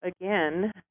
again